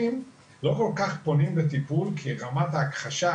מהמרים לא כל כך פונים לטיפול כי רמת ההכחשה